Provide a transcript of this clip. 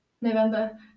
November